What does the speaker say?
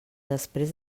després